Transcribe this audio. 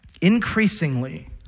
Increasingly